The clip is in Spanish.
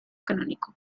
canónico